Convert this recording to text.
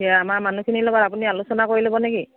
সেয়া আমাৰ মানুহখিনিৰ লগত আপুনি আলোচনা কৰি ল'ব নেকি